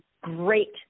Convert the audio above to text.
great